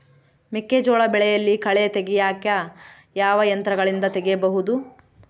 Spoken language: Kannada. ಮೆಕ್ಕೆಜೋಳ ಬೆಳೆಯಲ್ಲಿ ಕಳೆ ತೆಗಿಯಾಕ ಯಾವ ಯಂತ್ರಗಳಿಂದ ತೆಗಿಬಹುದು?